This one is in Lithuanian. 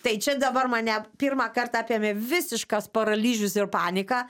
tai čia dabar mane pirmą kartą apėmė visiškas paralyžius ir panika